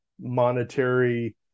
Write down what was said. monetary